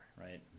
right